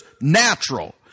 natural